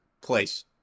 place